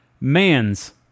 Man's